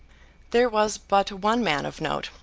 there was but one man of note,